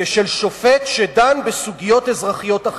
יהיה כשל שופט שדן בסוגיות אזרחיות.